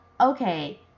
Okay